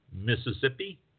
Mississippi